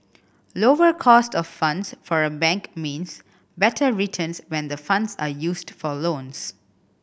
lower cost of funds for a bank means better returns when the funds are used for loans